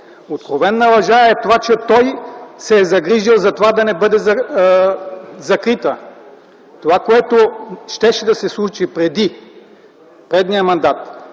Откровена лъжа е това, че той се е загрижил за това да не бъде закрита. Това, което щеше да се случи преди, в предния мандат,